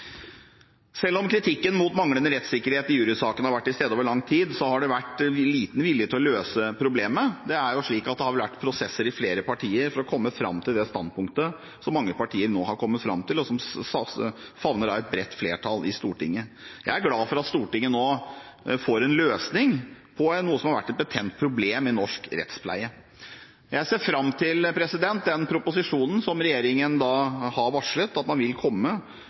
Selv om kritikken mot manglende rettssikkerhet i jurysakene har vært til stede over lang tid, har det vært liten vilje til å løse problemet. Det har vært prosesser i flere partier for å komme fram til det standpunktet som mange partier nå har kommet fram til, og som favner et bredt flertall i Stortinget. Jeg er glad for at Stortinget nå får en løsning på noe som har vært et betent problem i norsk rettspleie. Jeg ser fram til den proposisjonen som regjeringen har varslet at man vil komme